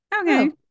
okay